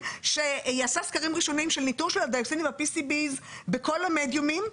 שיעשה סקרים ראשוניים של ניטור של הדיאוקסינים בפיסיביז בכל המדיומים,